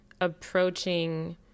approaching